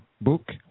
book